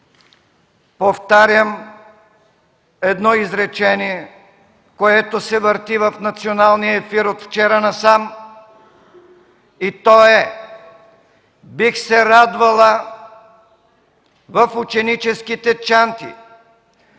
повтарям едно изречение, което се върти в националния ефир от вчера насам, и то е: „Бих се радвала в ученическите чанти